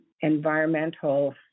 environmental